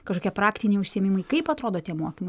kažkokie praktiniai užsiėmimai kaip atrodo tie mokymai